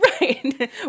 Right